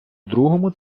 другому